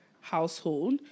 household